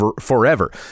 forever